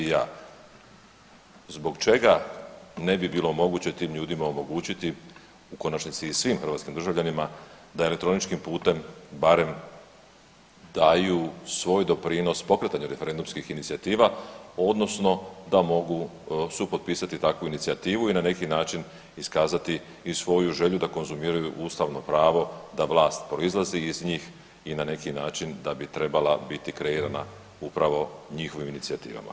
Zbog čega ne bi bilo moguće tim ljudima omogućiti u konačnici i svim hrvatskim državljanima da elektroničkim putem barem daju svoj doprinos pokretanju referendumskih inicijativa, odnosno da mogu supotpisati takvu inicijativu i na neki način iskazati i svoju želju da konzumiraju ustavno pravo da vlast proizlazi iz njih i na neki način da bi trebala biti kreirana upravo njihovim inicijativama.